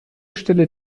stelle